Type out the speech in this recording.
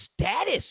status